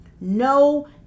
no